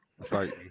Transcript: Fight